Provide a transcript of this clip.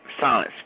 silence